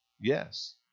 Yes